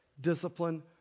Discipline